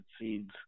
seeds